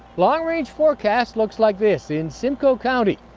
long range forecast looks like this. in simcoe county,